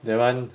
that one